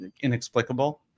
inexplicable